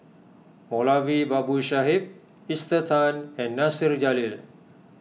Moulavi Babu Sahib Esther Tan and Nasir Jalil